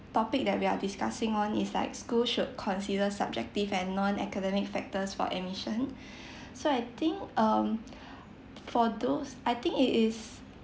topic that we are discussing on is like schools should consider subjective and non academic factors for admission so I think um for those I think it is